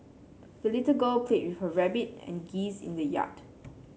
the little girl played with her rabbit and geese in the yard